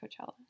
Coachella